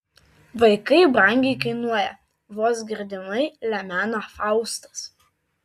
vaikai brangiai kainuoja vos girdimai lemena faustas